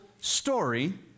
story